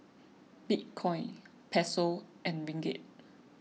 Bitcoin Peso and Ringgit